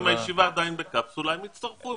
אם הישיבה עדיין בקפסולה, הם יצטרפו.